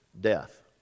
death